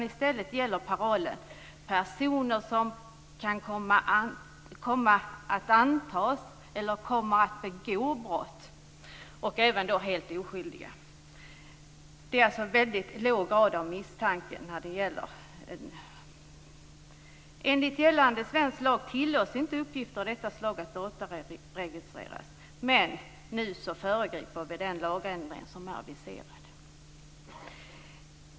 I stället gäller parollen "personer som kan antas komma eller som kommer att begå brott", även helt oskyldiga. Det är alltså fråga om en väldigt låg grad av misstanke. Enligt gällande svensk lag tillåts inte uppgifter av detta slag bli dataregistrerade, men nu föregriper vi den aviserade lagändringen.